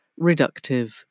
reductive